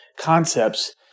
concepts